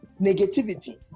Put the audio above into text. negativity